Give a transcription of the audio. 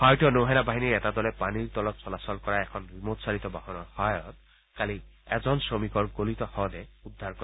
ভাৰতীয় নৌ সেনা বাহিনীৰ এটা দলে পানীৰ তলত চলাচল কৰা এখন ৰিমট চালিত বাহনৰ সহায়ত কালি এজন শ্ৰমিকৰ গলিত শৱদেহটো উদ্ধাৰ কৰে